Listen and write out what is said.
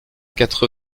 quatre